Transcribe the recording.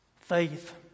Faith